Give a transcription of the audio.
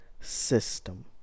system